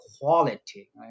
quality